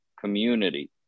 community